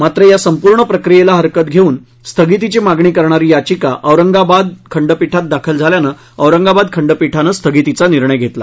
मात्र या संपूर्ण प्रक्रियेला हरकत घेऊन स्थगितीची मागणी करणारी याचिका औरंगाबाद खंडपीठात दाखल झाल्यानं औरंगाबाद खंडपीठानं स्थगितीचा निर्णय घेतला